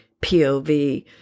POV